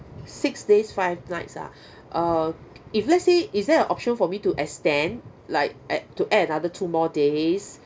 six days five nights ah uh if let's say is there a option for me to extend like add to add other two more days